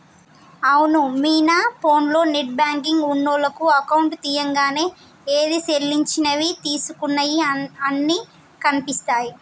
అవును మీనా ఫోన్లో net banking ఉన్నోళ్లకు అకౌంట్ తీయంగానే ఏది సెల్లించినవి తీసుకున్నయి అన్ని కనిపిస్తాయి